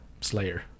Slayer